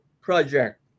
project